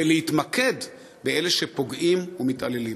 ולהתמקד באלה שפוגעים ומתעללים.